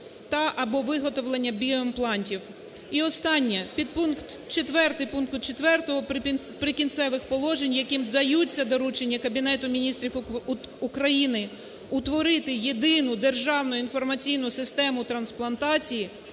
"…та/ або виготовленнябіоімплантів". І останнє. Підпункт 4 пункту 4 "Прикінцевих положень", яким даються доручення Кабінету Міністрів України утворити Єдину державну інформаційну систему трансплантації,